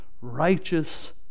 righteous